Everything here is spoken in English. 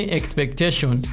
expectation